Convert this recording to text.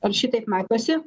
ar šitaip matosi